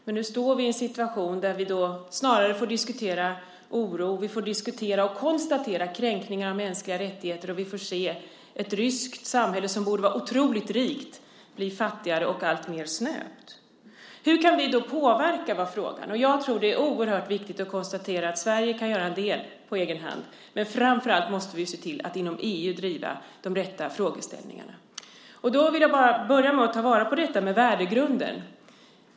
Men nu står vi i en situation där vi snarare får diskutera oro, där vi får diskutera och konstatera kränkningar av mänskliga rättigheter och där vi får se ett ryskt samhälle, som borde vara otroligt rikt, bli fattigare och alltmer snöpt. Hur kan vi då påverka? Det var frågan. Jag tror att det är oerhört viktigt att konstatera att Sverige kan göra en del på egen hand, men framför allt måste vi se till att inom EU driva de rätta frågeställningarna. Då vill jag börja med att ta vara på detta med värdegrunden.